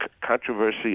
controversy